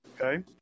Okay